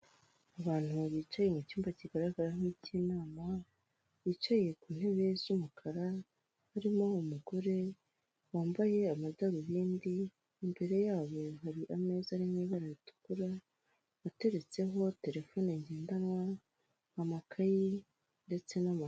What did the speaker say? Abantu bicaye mu cyumba kigaragara nk'ik'inama, bicaye ku ntebe z'umukara, harimo umugore, wambaye amadarubindi, imbere y'abo hari ameza ari mu ibara ritukura, ateretseho terefone ngendanwa, amakayi, ndetse n'amakaramu.